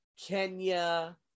kenya